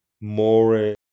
more